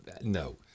no